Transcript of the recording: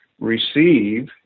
receive